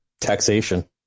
Taxation